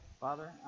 Father